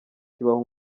kibaho